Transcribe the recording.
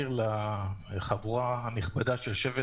בסך הכול מדובר להעניק לחברות 6,500 שקל לחודש,